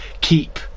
keep